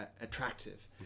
attractive